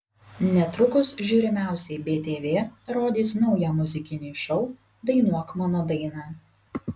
netrukus žiūrimiausiai btv rodys naują muzikinį šou dainuok mano dainą